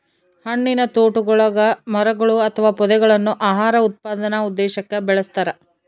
ಹಣ್ಣಿನತೋಟಗುಳಗ ಮರಗಳು ಅಥವಾ ಪೊದೆಗಳನ್ನು ಆಹಾರ ಉತ್ಪಾದನೆ ಉದ್ದೇಶಕ್ಕ ಬೆಳಸ್ತರ